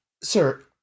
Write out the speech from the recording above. Sir